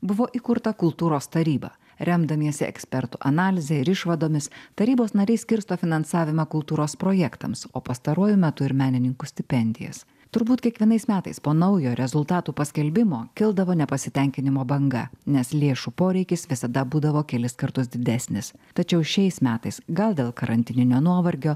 buvo įkurta kultūros taryba remdamiesi ekspertų analize ir išvadomis tarybos nariai skirsto finansavimą kultūros projektams o pastaruoju metu ir menininkų stipendijas turbūt kiekvienais metais po naujo rezultatų paskelbimo kildavo nepasitenkinimo banga nes lėšų poreikis visada būdavo kelis kartus didesnis tačiau šiais metais gal dėl karantininio nuovargio